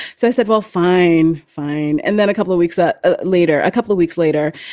so i said, well, fine, fine and then a couple of weeks ah ah later, a couple of weeks later,